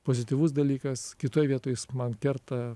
pozityvus dalykas kitoj vietoj jis man kerta